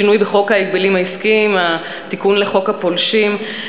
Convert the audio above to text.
שינוי חוק ההגבלים העסקיים והתיקון לחוק הפולשים.